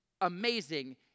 amazing